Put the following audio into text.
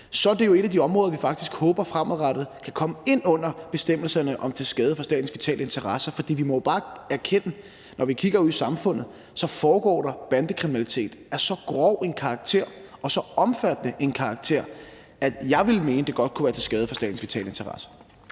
er det jo et af de områder, som vi faktisk håber fremadrettet kan komme ind under bestemmelserne om det at være til skade for statens vitale interesser. For vi må jo bare erkende, at når vi kigger ud i samfundet, foregår der bandekriminalitet af så grov en karakter og så omfattende en karakter, at jeg ville mene, at det godt kunne være til skade for statens vitale interesser.